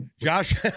Josh